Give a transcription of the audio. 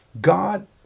God